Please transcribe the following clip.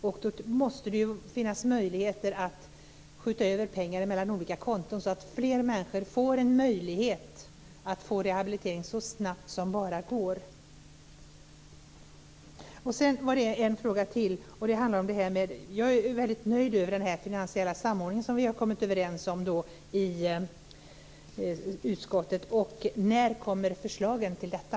Då måste det finnas möjligheter att skjuta över pengar mellan olika konton så att fler människor har en möjlighet att få rehabilitering så snabbt som det bara går. Det var en fråga till. Jag är väldigt nöjd med den finansiella samordning som vi har kommit överens om i utskottet. När kommer förslagen gällande detta?